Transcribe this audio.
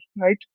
right